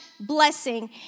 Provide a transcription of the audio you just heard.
blessing